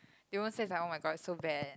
they won't say it's like oh-my-god so bad